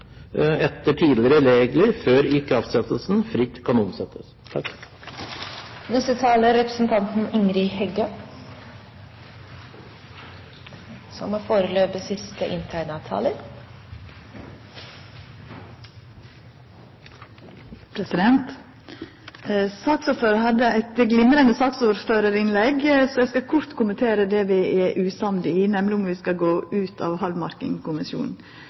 før ikraftsettelsen, fritt kan omsettes. Saksordføraren hadde eit glimrande saksordførarinnlegg, så eg skal kort kommentera det vi er usamde i, nemleg om vi skal gå ut av